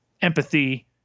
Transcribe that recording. empathy